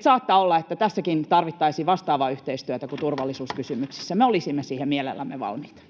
saattaa olla, että tässäkin tarvittaisiin vastaavaa yhteistyötä kuin turvallisuuskysymyksissä. Me olisimme siihen mielellämme valmiita.